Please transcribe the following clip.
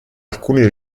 alcuni